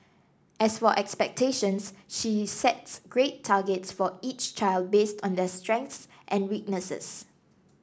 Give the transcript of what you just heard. as for expectations she sets grade targets for each child based on their strengths and weaknesses